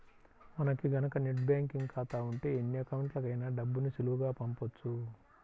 మనకి గనక net banking ఖాతా ఉంటే ఎన్ని అకౌంట్లకైనా డబ్బుని సులువుగా పంపొచ్చు